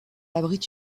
abrite